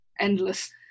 endless